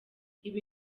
ibi